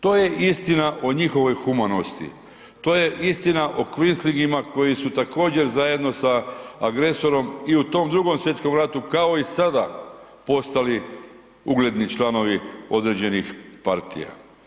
To je istina o njihovoj humanosti, to je istina o kvislinzima koji su također zajedno sa agresorom i u tom Drugom svjetskom ratu kao i sada postali ugledni članovi određenih partija.